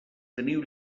teniu